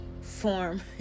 form